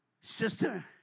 sister